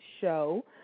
show